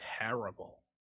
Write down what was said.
terrible